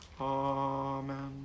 Amen